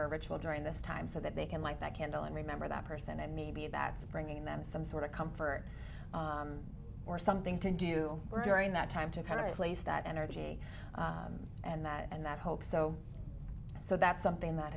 or ritual during this time so that they can like that candle and remember that person and maybe bags bringing them some sort of comfort or something to do were during that time to kind of place that energy and that and that hope so so that's something that